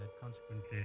consequently